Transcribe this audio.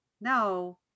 no